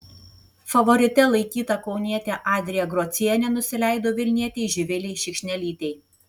favorite laikyta kaunietė adrija grocienė nusileido vilnietei živilei šikšnelytei